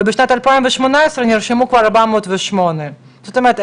ובשנת 2018 נרשמו כבר 408. זאת אומרת,